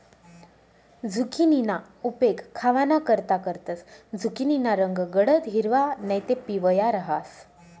झुकिनीना उपेग खावानाकरता करतंस, झुकिनीना रंग गडद हिरवा नैते पिवया रहास